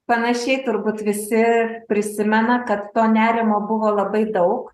panašiai turbūt visi prisimena kad to nerimo buvo labai daug